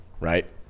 right